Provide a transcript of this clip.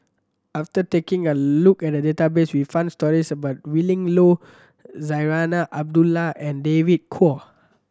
after taking a look at the database we found stories about Willin Low Zarinah Abdullah and David Kwo